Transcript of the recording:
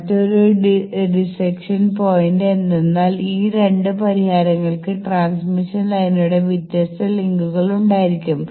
മറ്റൊരു distinction point എന്തെന്നാൽ ഈ 2 പരിഹാരങ്ങൾക്ക് ട്രാൻസ്മിഷൻ ലൈനുകളുടെ വ്യത്യസ്ത ലിങ്കുകൾ ഉണ്ടായിരിക്കും